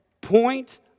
point